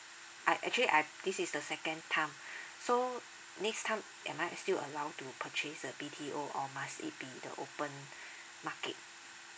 I actually I've this is the second time so next time am I still allowed to purchase the B_T_O or must it be the open market